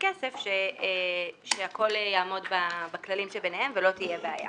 הכסף ושהכול יעמוד בכללים שביניהם ולא תהיה בעיה.